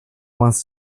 wants